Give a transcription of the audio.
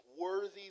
worthy